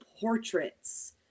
portraits